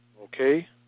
okay